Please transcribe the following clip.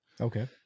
Okay